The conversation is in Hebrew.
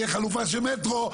תהיה חלופה של המטרו,